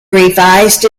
revised